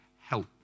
help